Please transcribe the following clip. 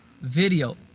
video